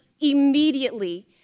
immediately